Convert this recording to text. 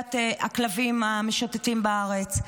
אוכלוסיית הכלבים המשוטטים בארץ.